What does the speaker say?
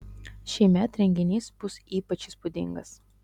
šįmet renginys bus ypač įspūdingas